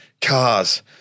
cars